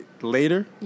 later